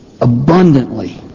abundantly